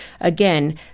again